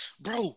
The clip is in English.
bro